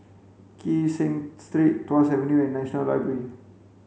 Kee Seng Street Tuas Avenue and National Library